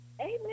Amen